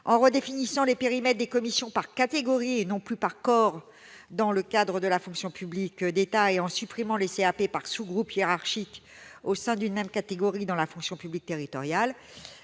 en redéfinissant le périmètre des commissions, qui ne seront plus instituées par corps, mais par catégorie, dans le cadre de la fonction publique d'État, et en supprimant les CAP par sous-groupe hiérarchique au sein d'une même catégorie dans la fonction publique territoriale,